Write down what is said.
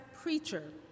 preacher